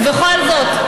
ובכל זאת,